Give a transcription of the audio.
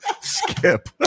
Skip